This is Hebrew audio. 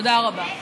תודה רבה.